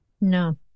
No